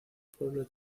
pueblo